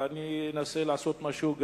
ואני אנסה לעשות משהו,